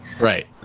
Right